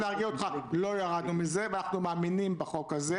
לא ידעו מההסכם שמתגבש,